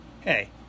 Hey